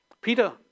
Peter